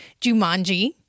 Jumanji